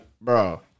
bro